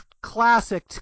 classic